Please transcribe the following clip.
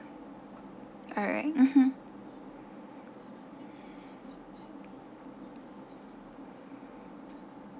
alright mmhmm